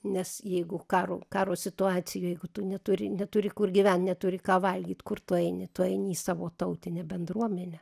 nes jeigu karo karo situacijoj tu neturi neturi kur gyvent neturi ką valgyt kur tu eini tu eini į savo tautinę bendruomenę